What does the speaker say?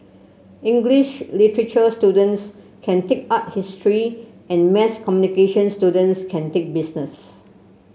English literature students can take art history and mass communication students can take business